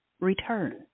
return